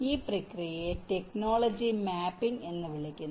ഈ പ്രക്രിയയെ technology mapping എന്ന് വിളിക്കുന്നു